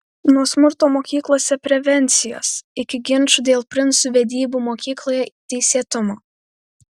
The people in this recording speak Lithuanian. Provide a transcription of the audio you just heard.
nuo smurto mokyklose prevencijos iki ginčų dėl princų vedybų mokykloje teisėtumo